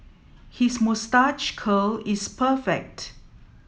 his moustache curl is perfect